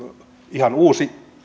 ihan uusi